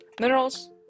minerals